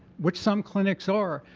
which some clinics are,